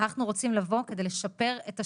אנחנו רוצים לבוא כדי לשפר את השירותים.